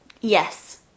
Yes